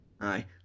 Aye